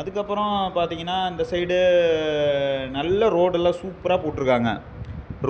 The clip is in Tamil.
அதற்கப்பறம் பார்த்தீங்கன்னா இந்த சைடு நல்ல ரோடெல்லாம் சூப்பராக போட்டுருக்காங்க